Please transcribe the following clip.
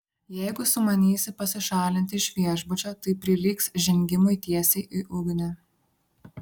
jeigu sumanysi pasišalinti iš viešbučio tai prilygs žengimui tiesiai į ugnį